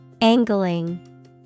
Angling